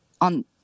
on